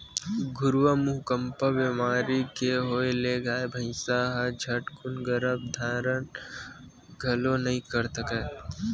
खुरहा मुहंपका बेमारी के होय ले गाय, भइसी ह झटकून गरभ धारन घलोक नइ कर सकय